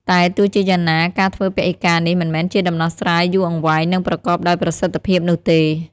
តែទោះជាយ៉ាងណា ការធ្វើពហិការនេះមិនមែនជាដំណោះស្រាយយូរអង្វែង និងប្រកបដោយប្រសិទ្ធភាពនោះទេ។